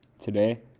Today